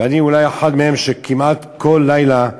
ואני אולי אחד מהם, שכמעט כל לילה,